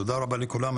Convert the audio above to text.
תודה רבה לכולם.